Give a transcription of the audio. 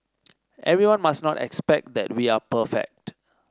everyone must not expect that we are perfect